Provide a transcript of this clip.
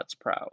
pro